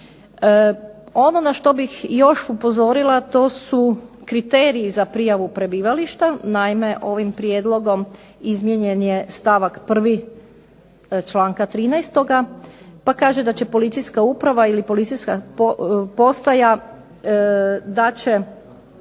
Ono na što bih još upozorila to su kriteriji za prijavu prebivališta. Naime ovim prijedlogom izmijenjen je stavak 1. članka 13., pa kaže da će policijska uprava ili policijska postaja, da će